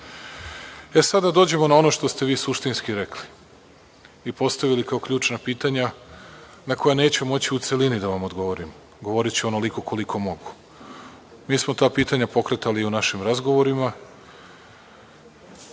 da dođemo na ono što ste vi suštinski rekli i postavili kao ključna pitanja na koja neću moći u celini da vam odgovorim. Govoriću onoliko koliko mogu. Mi smo ta pitanja pokretali i u našim razgovorima,